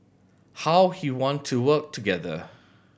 how he want to work together